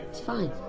fine.